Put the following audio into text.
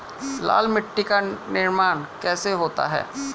लाल मिट्टी का निर्माण कैसे होता है?